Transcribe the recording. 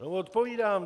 Odpovídám